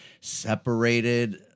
separated